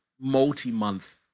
multi-month